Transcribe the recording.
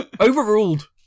Overruled